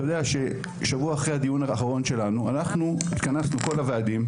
אתה יודע ששבוע אחרי הדיון האחרון שלנו אנחנו התכנסנו כל הוועדים,